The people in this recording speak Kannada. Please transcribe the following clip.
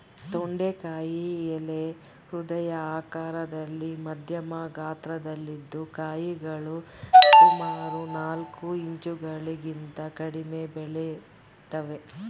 ತೊಂಡೆಕಾಯಿ ಎಲೆ ಹೃದಯ ಆಕಾರದಲ್ಲಿ ಮಧ್ಯಮ ಗಾತ್ರದಲ್ಲಿದ್ದು ಕಾಯಿಗಳು ಸುಮಾರು ನಾಲ್ಕು ಇಂಚುಗಳಿಗಿಂತ ಕಡಿಮೆ ಬೆಳಿತವೆ